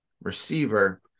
receiver